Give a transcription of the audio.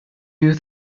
you